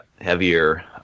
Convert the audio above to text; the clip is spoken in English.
heavier –